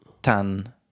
tan